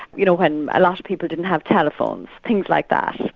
you know when a lot of people didn't have telephones, things like that.